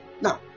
Now